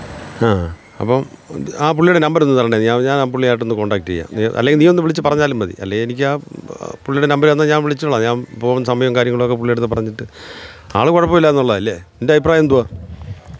ആ അപ്പം ആ പുള്ളിയുടെ നമ്പരൊന്നു തരണെ ഞാനാ പുള്ളി ആയിട്ടൊന്ന് കോണ്ടാക്റ്റ് ചെയ്യാം അല്ലെങ്കില് നീയൊന്ന് വിളിച്ച് പറഞ്ഞാലും മതി അല്ലെ എനിക്കാ പ് പുള്ളിയുടെ നമ്പര് തന്നാൽ ഞാന് വിളിച്ചോളാം ഞാന് പോകുന്ന സമയം കാര്യങ്ങളുവൊക്കെ പുള്ളിയുടെ അടുത്ത് പറഞ്ഞിട്ട് ആള് കുഴപ്പം ഇല്ലാന്ന് ഉള്ളതല്ലെ നിന്റെ അഭിപ്രായം എന്തുവാ